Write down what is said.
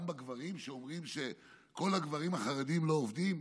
גם בגברים, שאומרים שכל הגברים החרדים לא עובדים,